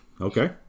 Okay